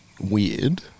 weird